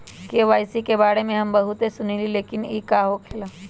KYC के बारे में हम बहुत सुनीले लेकिन इ का होखेला?